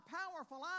powerful